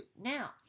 Now